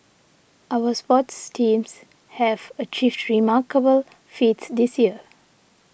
our sports teams have achieved remarkable feats this year